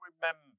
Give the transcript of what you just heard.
remember